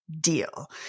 deal